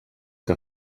que